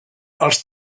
els